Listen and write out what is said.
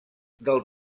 del